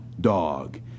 dog